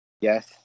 Yes